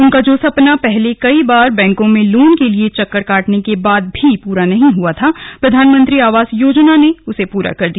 उनका जो सपना पहले कई बार बैंकों में लोन के लिए चक्कर काटने के बाद भी पूरा नहीं हुआ था प्रधानमंत्री आवास योजना ने उसे पूरा कर दिया